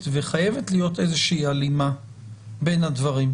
וחייבת להיות איזו שהיא הלימה בין הדברים,